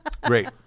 Great